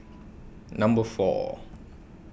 Number four